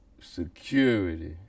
security